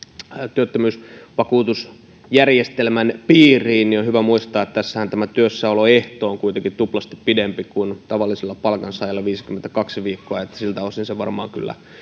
työttömyysvakuutusjärjestelmän piiriin on hyvä muistaa että tässähän tämä työssäoloehto on kuitenkin tuplasti pidempi kuin tavallisella palkansaajalla viisikymmentäkaksi viikkoa siltä osin se varmaan kyllä